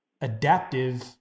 adaptive